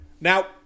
now